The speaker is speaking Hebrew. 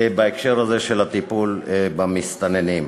בהקשר הזה של הטיפול במסתננים.